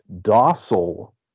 docile